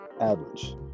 average